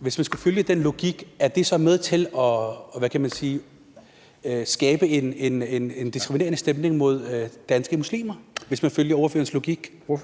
Hvis man skulle følge den logik, er det så med til at skabe en diskriminerende stemning mod danske muslimer, altså hvis man følger ordførerens logik? Kl. 13:33